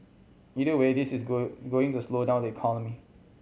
either way this is go going to slow down the economy